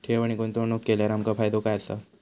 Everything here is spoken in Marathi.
ठेव आणि गुंतवणूक केल्यार आमका फायदो काय आसा?